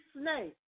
snake